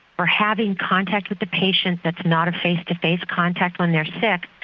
for having contact with the patient that's not a face to face contact when they're sick,